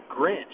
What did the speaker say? Grinch